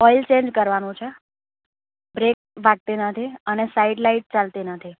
oil change કરાવવાનું છે brake વાગતી નથી અને સાઇડ લાઇટ ચાલતી નથી